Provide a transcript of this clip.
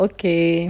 Okay